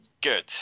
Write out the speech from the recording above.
good